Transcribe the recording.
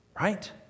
right